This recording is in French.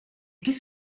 qu’est